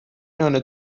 نان